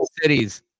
cities